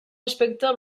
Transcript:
aspecte